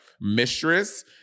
Mistress